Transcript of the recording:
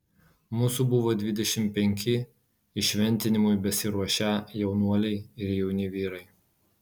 mūsų buvo dvidešimt penki įšventinimui besiruošią jaunuoliai ir jauni vyrai